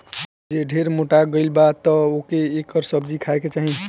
जे ढेर मोटा गइल बा तअ ओके एकर सब्जी खाए के चाही